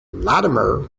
latimer